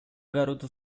garoto